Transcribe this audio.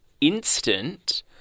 instant